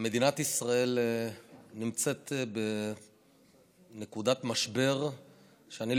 מדינת ישראל נמצאת בנקודת משבר שאני,